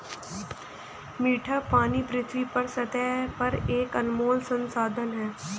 मीठे पानी पृथ्वी की सतह पर एक अनमोल संसाधन है